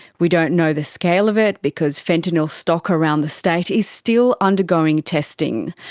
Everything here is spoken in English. we don't know the scale of it because fentanyl stock around the state is still undergoing testing.